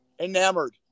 enamored